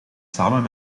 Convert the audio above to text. samen